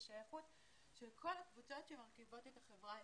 השייכות של כל הקבוצות שמרכיבות את החברה הישראלית.